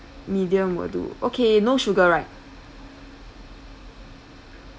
medium will do okay no sugar right